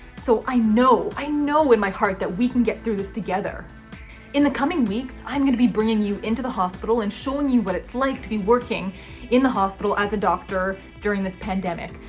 so i know. i know in my heart that we can get through this together in the coming weeks. i'm gonna be bringing you into the hospital and showing you what it's like to be working in the hospital as a doctor during this pandemic.